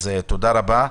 תודה רבה.